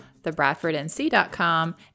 Thebradfordnc.com